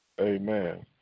Amen